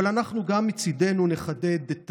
אבל אנחנו מצידנו נחדד את